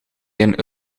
een